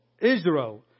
Israel